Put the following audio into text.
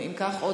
לא הצבעת שם?